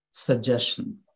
Suggestion